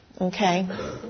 Okay